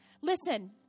Listen